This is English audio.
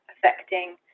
affecting